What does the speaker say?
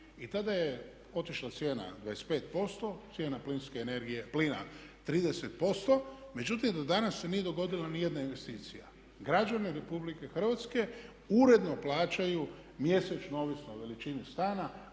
i tada je otišla cijena 25%, cijena plinske energije, plina 30%. Međutim do danas se nije dogodila ni jedna investicija. Građani Republike Hrvatske uredno plaćaju mjesečno ovisno o veličini stana